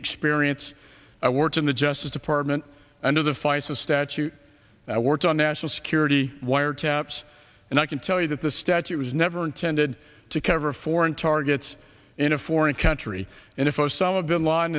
experience i worked in the justice department under the feis of statue i worked on national security wiretaps and i can tell you that the statute was never intended to cover foreign targets in a foreign country and if osama bin laden